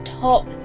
top